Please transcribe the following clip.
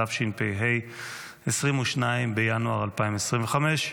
התשפ"ה, 22 בינואר 2025,